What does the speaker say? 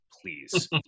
please